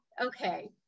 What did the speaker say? okay